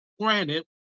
granted